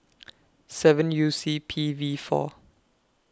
seven U C P V four